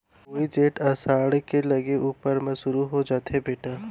वोइ जेठ असाढ़ के लगे ऊपर म सुरू हो जाथे बेटा